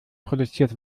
produziert